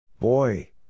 Boy